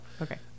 Okay